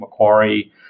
Macquarie